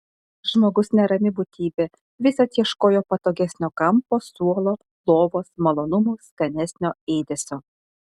žmogus nerami būtybė visad ieškojo patogesnio kampo suolo lovos malonumų skanesnio ėdesio